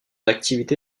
activité